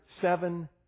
seven